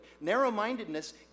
Narrow-mindedness